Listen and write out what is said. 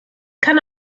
kann